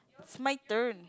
it's my turn